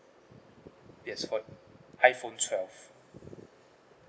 yes for iphone twelve